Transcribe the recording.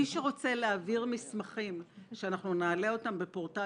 מי שרוצה להעביר מסמכים שאנחנו נעלה אותם בפורטל